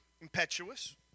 impetuous